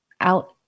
out